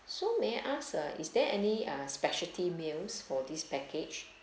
so may I ask uh is there any uh specialty meals for this package